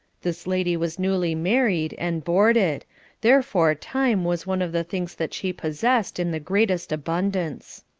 this lady was newly married, and boarded therefore time was one of the things that she possessed in the greatest abundance.